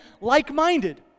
like-minded